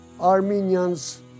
Armenians